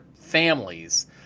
families